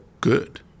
good